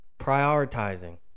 prioritizing